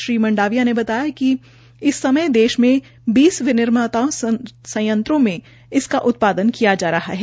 श्री मंडाविया ने बताया कि इस समय देश में बीस विनिर्माता संयंत्रों में इसका उत्पादन किया जा रहा है